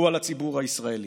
והוא על הציבור הישראלי,